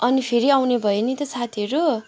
अनि फेरि आउने भयो नि त साथीहरू